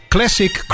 Classic